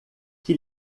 que